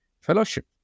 fellowship